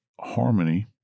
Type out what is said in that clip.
Harmony